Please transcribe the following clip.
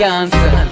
answer